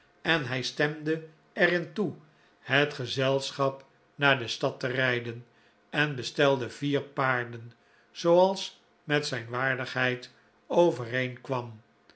en hij stemde er in toe het gezelschap naar de stad te rijden en bestelde vier paarden zooals met zijn waardigheid